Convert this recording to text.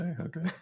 Okay